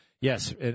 yes